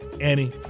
Annie